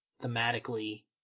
thematically